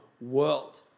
world